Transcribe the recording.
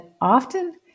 often